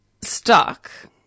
stuck